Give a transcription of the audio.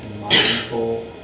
mindful